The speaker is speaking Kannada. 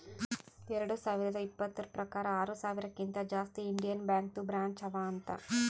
ಎರಡು ಸಾವಿರದ ಇಪ್ಪತುರ್ ಪ್ರಕಾರ್ ಆರ ಸಾವಿರಕಿಂತಾ ಜಾಸ್ತಿ ಇಂಡಿಯನ್ ಬ್ಯಾಂಕ್ದು ಬ್ರ್ಯಾಂಚ್ ಅವಾ ಅಂತ್